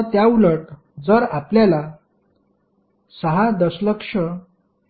आता त्याउलट जर आपल्याला 6 दशलक्ष